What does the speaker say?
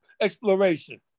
exploration